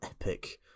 epic